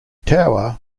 tower